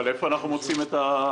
אבל איפה אנחנו מוצאים את התוספת?